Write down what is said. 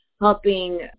helping